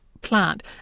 plant